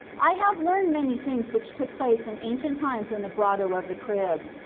i have learned many things which took place in ancient times in the grotto of the crib.